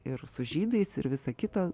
ir su žydais ir visa kita